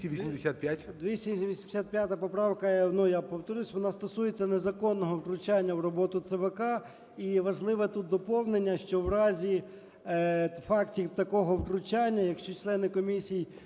285 поправка. Ну, я повторюся, вона стосується незаконного втручання в роботу ЦВК. І важливе тут доповнення, що в разі фактів такого втручання, якщо члени комісії